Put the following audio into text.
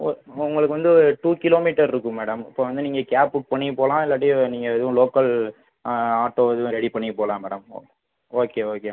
உங்களுக்கு வந்து two kilometre இருக்கும் மேடம் இப்போது வந்து நீங்கள் கேப் புக் பண்ணி போகலாம் இல்லாட்டி நீங்கள் எதுவும் லோக்கல் ஆட்டோ ஏதும் ரெடி பண்ணி போகலாம் மேடம் ஓகே ஓகே மேடம்